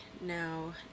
Now